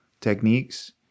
techniques